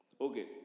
Okay